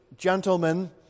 gentlemen